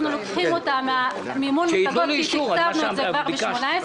אנחנו לוקחים אותה ממימון מפלגות כי תקצבנו את זה כבר ב-2018,